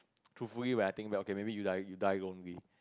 truthfully when I think back okay maybe you die you die lonely